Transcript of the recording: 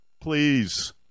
Please